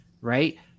right